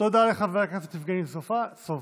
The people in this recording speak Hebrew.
תודה לחבר הכנסת יבגני סובה.